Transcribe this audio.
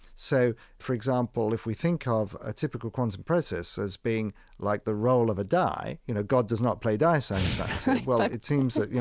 so, for example, if we think ah of a typical quantum process as being like the roll of a die you know, god does not play dice, einstein ah said well, it seems that, you